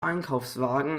einkaufswagen